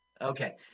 okay